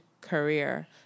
career